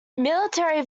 military